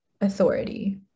authority